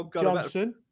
Johnson